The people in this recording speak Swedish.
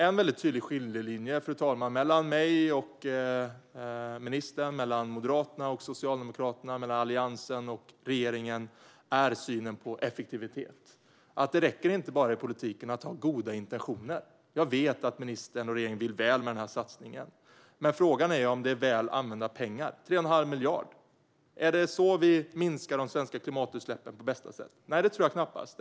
En tydlig skiljelinje, fru talman, mellan mig och ministern, mellan Moderaterna och Socialdemokraterna, mellan Alliansen och regeringen, är synen på effektivitet. Det räcker inte att ha goda intentioner i politiken. Jag vet att ministern och regeringen vill väl med satsningen. Frågan är om 3 1⁄2 miljard är väl använda pengar. Är det så vi minskar de svenska klimatutsläppen på bästa sätt? Nej, det tror jag knappast.